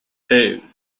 hey